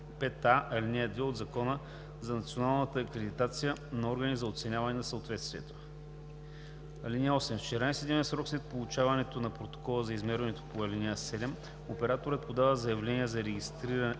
5а, ал. 2 от Закона за националната акредитация на органи за оценяване на съответствието. (8) В 14-дневен срок след получаването на протокола за измерването по ал. 7 операторът подава заявление за регистрация